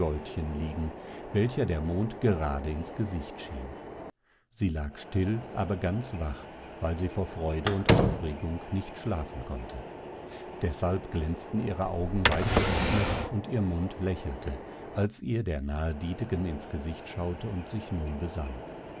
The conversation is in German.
liegen welcher der mond gerade ins gesicht schien sie lag still aber ganz wach weil sie vor freude und aufregung nicht schlafen konnte deshalb glänzten ihre augen weit geöffnet und ihr mund lächelte als ihr der nahe dietegen ins gesicht schaute und sich nun besann